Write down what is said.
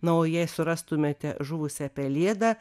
na o jei surastumėte žuvusią pelėdą